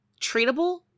treatable